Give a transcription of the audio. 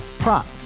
Prop